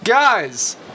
Guys